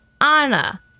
Anna